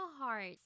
hearts